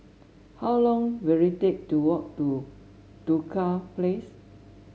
how long will it take to walk to Duku Place